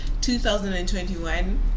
2021